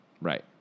Right